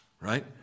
right